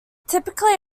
typically